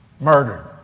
murdered